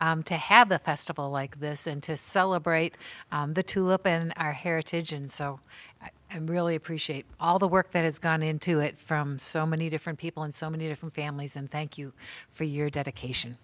to have a festival like this and to celebrate the two up in our heritage and so i really appreciate all the work that has gone into it from so many different people in so many different families and thank you for your dedication